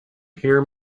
hear